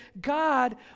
God